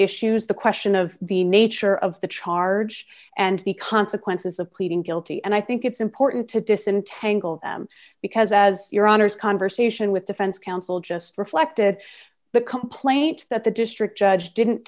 issues the question of the nature of the charge and the consequences of pleading guilty and i think it's important to disentangle them because as your honour's conversation with defense counsel just reflected the complaint that the district judge didn't